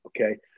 Okay